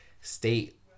state